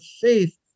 faith